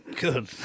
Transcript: Good